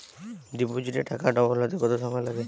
ডিপোজিটে টাকা ডবল হতে কত সময় লাগে?